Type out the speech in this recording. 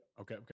okay